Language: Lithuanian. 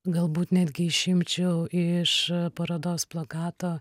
galbūt netgi išimčiau iš parodos plakato